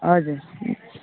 हजुर